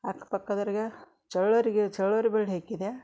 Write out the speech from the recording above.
ಅಕ್ಕ ಪಕ್ಕದವ್ರ್ಗೆ ಚಳ್ಳವ್ರೆ ಚಳ್ಳವ್ರೆ ಬಳ್ಳಿ ಹಾಕಿದೆ